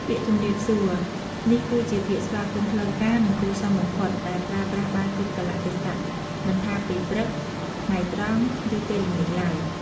ពាក្យជម្រាបសួរ នេះគឺជាពាក្យស្វាគមន៍ផ្លូវការ និងគួរសមបំផុត ដែលប្រើប្រាស់បានគ្រប់កាលៈទេសៈ មិនថាពេលព្រឹក ថ្ងៃត្រង់ ឬពេលល្ងាចឡើយ។